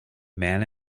man